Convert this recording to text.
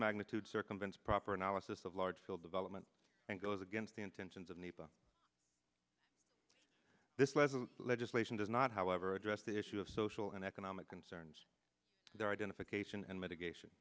magnitude circumvents proper analysis of large scale development and goes against the intentions of the book this led legislation does not however address the issue of social and economic concerns their identification and mitigation